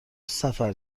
سفر